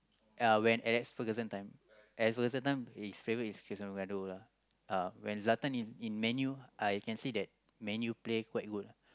yeah when Alex-Fugerson time Alex-Fugerson time his favourite is Cristiano-Ronaldo lah uh when Zlatan in in Man-U I can see that Man-U play quite good ah